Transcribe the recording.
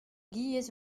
giez